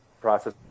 process